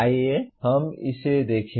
आइए हम इसे देखें